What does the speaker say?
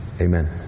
amen